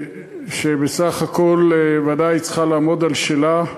שבסך הכול ודאי שהיא צריכה לעמוד על שלה,